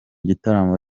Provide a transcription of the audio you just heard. gitaramo